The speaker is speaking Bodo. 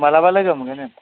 मालाबा लोगो मोनगोन ओं